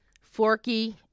Forky